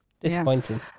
Disappointing